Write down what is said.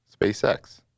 SpaceX